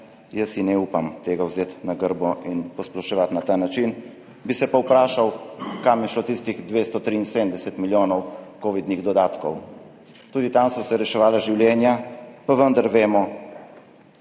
jaz si ne upam tega vzeti na grbo in posploševati na ta način. Bi se pa vprašal, kam je šlo tistih 273 milijonov kovidnih dodatkov. Tudi tam so se reševala življenja, pa vendar vemo,